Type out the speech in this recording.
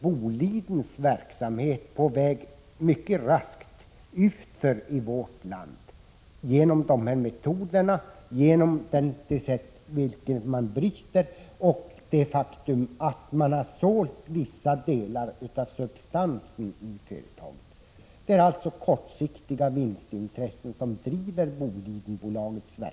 Bolidens verksamhet i vårt land är mycket raskt på väg utför, genom det sätt på vilket man bryter och det faktum att man sålt vissa delar av substansen i företaget. Det är alltså kortsiktiga vinstintressen som driver Boliden.